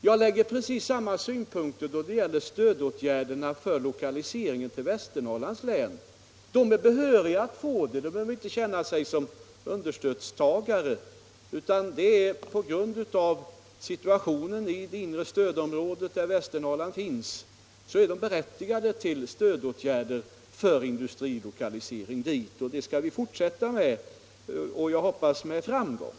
Jag anlägger precis samma synpunkter då det gäller stödåtgärderna för lokaliseringen till Västernorrlands län. De är behöriga att få detta stöd, de behöver inte känna sig som understödstagare. På grund av situationen i det inre stödområdet, dit Västernorrland hör, är de berättigade till stödåtgärder för industrilokalisering dit. Sådana åtgärder skall vi fortsätta med, och jag hoppas med framgång.